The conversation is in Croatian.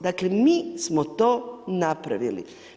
Dakle, mi smo to napravili.